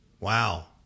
Wow